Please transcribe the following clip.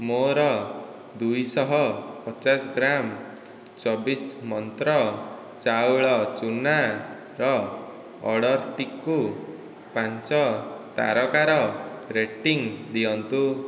ମୋର ଦୁଇଶହ ପଚାଶ ଗ୍ରାମ୍ ଚବିଶ ମନ୍ତ୍ର ଚାଉଳ ଚୂନାର ଅର୍ଡ଼ର୍ଟିକୁ ପାଞ୍ଚ ତାରକାର ରେଟିଂ ଦିଅନ୍ତୁ